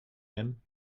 him